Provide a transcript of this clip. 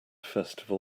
festival